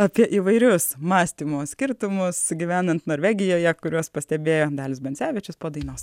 apie įvairius mąstymo skirtumus gyvenant norvegijoje kuriuos pastebėjo dalius bancevičius po dainos